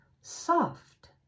soft